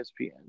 ESPN